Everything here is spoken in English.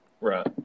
right